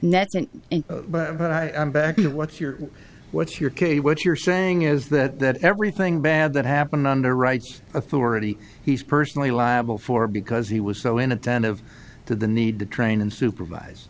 into what's your what's your case what you're saying is that everything bad that happened underwrites authority he's personally liable for because he was so inattentive to the need to train and supervise